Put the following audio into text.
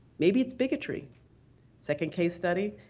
maybe it's bigotry second case study,